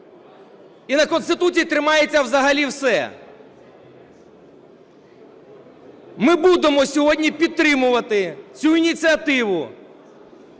і на Конституції тримається взагалі все. Ми будемо сьогодні підтримувати цю ініціативу,